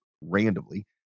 randomly